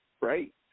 right